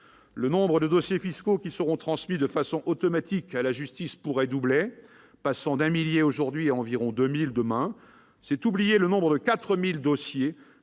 Le nombre des dossiers fiscaux qui seront transmis de façon automatique à la justice pourrait doubler, passant d'un millier aujourd'hui à environ 2 000 demain. C'est oublier que 4 000 dossiers